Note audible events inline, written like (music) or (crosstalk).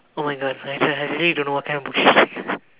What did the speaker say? oh my god I really don't know what kind of book she like (laughs)